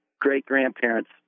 great-grandparents